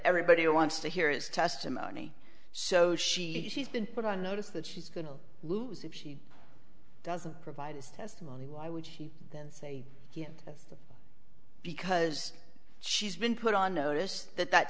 everybody wants to hear is testimony so she has been put on notice that she's going to lose if she doesn't provide this testimony why would she then say yes because she's been put on notice that that